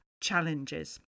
challenges